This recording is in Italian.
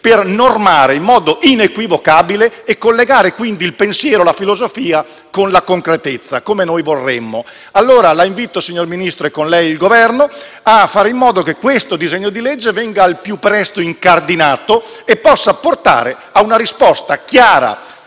per normare in modo inequivocabile e collegare quindi il pensiero e la filosofia con la concretezza, come vorremmo. Invito dunque il signor Ministro e il Governo a fare in modo che tale disegno di legge venga al più presto incardinato e possa portare a una risposta chiara,